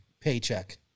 paycheck